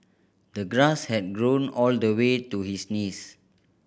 the grass had grown all the way to his knees